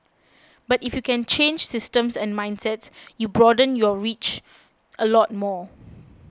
but if you can change systems and mindsets you broaden your reach a lot more